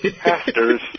pastors